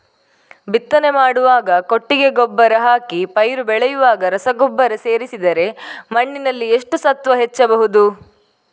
ಬಿತ್ತನೆ ಮಾಡುವಾಗ ಕೊಟ್ಟಿಗೆ ಗೊಬ್ಬರ ಹಾಕಿ ಪೈರು ಬೆಳೆಯುವಾಗ ರಸಗೊಬ್ಬರ ಸೇರಿಸಿದರೆ ಮಣ್ಣಿನಲ್ಲಿ ಎಷ್ಟು ಸತ್ವ ಹೆಚ್ಚಬಹುದು?